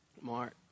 Mark